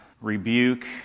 rebuke